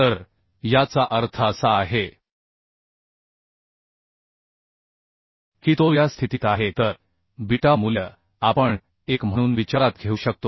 तर याचा अर्थ असा आहे की तो या स्थितीत आहे तर बीटा मूल्य आपण 1 म्हणून विचारात घेऊ शकतो